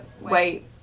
wait